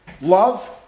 love